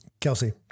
Kelsey